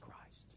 Christ